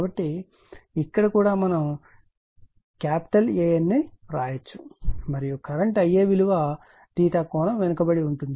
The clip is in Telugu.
కాబట్టి ఇక్కడ కూడా మనం AN ను వ్రాయవచ్చు మరియు కరెంట్ Ia విలువ కోణం వెనుకబడి ఉంటుంది